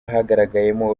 hagaragayemo